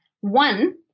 One